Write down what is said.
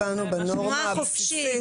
קבענו שצריכה להיות להן תנועה חופשית.